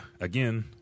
again